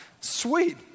sweet